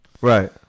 Right